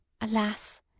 Alas